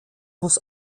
muss